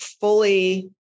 fully